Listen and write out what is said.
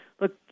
look